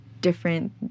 different